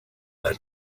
that